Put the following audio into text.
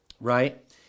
right